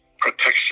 protection